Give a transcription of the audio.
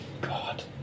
God